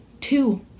two